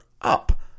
up